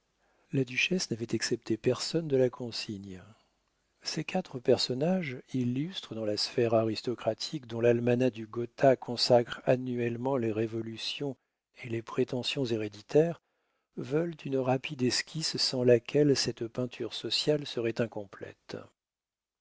la duchesse n'avait excepté personne de la consigne ces quatre personnages illustres dans la sphère aristocratique dont l'almanach de gotha consacre annuellement les révolutions et les prétentions héréditaires veulent une rapide esquisse sans laquelle cette peinture sociale serait incomplète